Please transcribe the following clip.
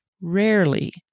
rarely